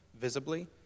visibly